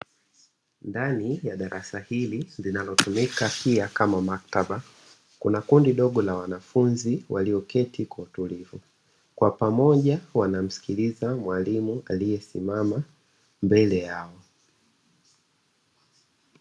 Ndani ya darasa hili linalotumika pia kama maktaba, kuna kundi dogo la wanafunzi walioketi kwa utulivu; kwa pamoja wanamsikiliza mwalimu aliyesimama mbele yao.